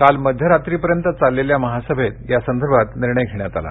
काल मध्यरात्रीपर्यत चाललेल्या महासभेत यासंदर्भात निर्णय घेण्यात आला